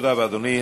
תודה רבה, אדוני.